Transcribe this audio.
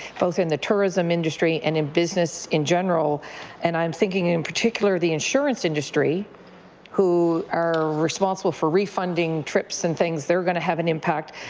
in the tourism industry and in business in general and i am thinking in particular the insurance industry who are responsible for refunding trips and things. they are going to have an impact,